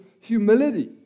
humility